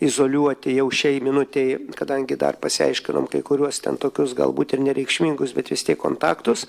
izoliuoti jau šiai minutei kadangi dar pasiaiškinom kai kuriuos ten tokius galbūt ir nereikšmingus bet vis tiek kontaktus